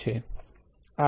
આ થશે